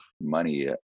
money